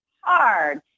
hard